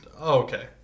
Okay